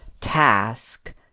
task